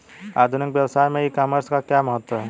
आधुनिक व्यवसाय में ई कॉमर्स का क्या महत्व है?